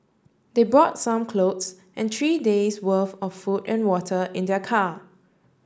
they brought some clothes and three days' worth of food and water in their car